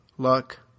luck